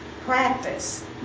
practice